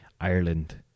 ireland